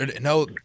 No